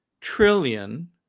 trillion